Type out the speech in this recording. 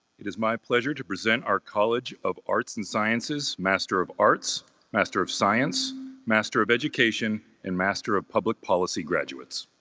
it is my pleasure to present our college of arts and sciences master of arts master of science master of education and master of public policy graduates